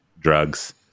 drugs